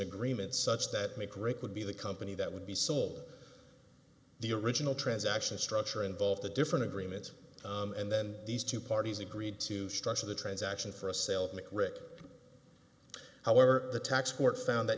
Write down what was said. agreement such that make or break would be the company that would be sold the original transaction structure involved the different agreements and then these two parties agreed to structure the transaction for a salesman it rick however the tax court found that